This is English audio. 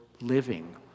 living